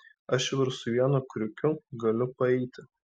aš jau ir su vienu kriukiu galiu paeiti